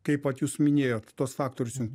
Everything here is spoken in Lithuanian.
kai vat jūs minėjot tuos faktorius